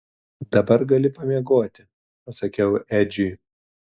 dabar gali pamiegoti pasakiau edžiui